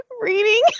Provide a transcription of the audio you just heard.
Reading